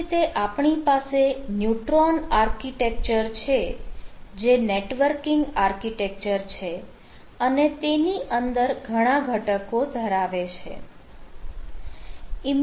આ જ રીતે આપણી પાસે ન્યુટ્રોન આર્કિટેક્ચર છે જે નેટવર્કિંગ આર્કિટેક્ચર છે અને તે પણ તેની અંદર ઘણા ઘટકો ધરાવે છે